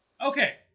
Okay